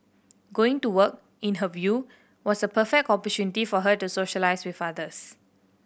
going to work in her view was a perfect opportunity for her to socialise with others